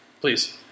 Please